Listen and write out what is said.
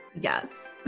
Yes